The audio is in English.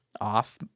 off